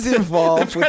involved